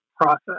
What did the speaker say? process